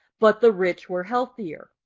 but the rich were healthier.